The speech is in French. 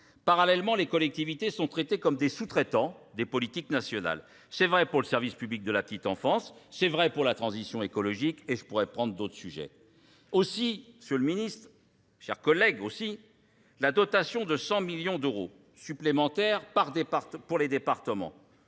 Parallèlement, les collectivités sont traitées comme des sous-traitants des politiques nationales. C'est vrai pour le service public de la petite enfance, c'est vrai pour la transition écologique et je pourrais prendre d'autres sujets. Aussi, monsieur le ministre, chers collègues aussi, la dotation de 100 millions d'euros supplémentaires pour les départements,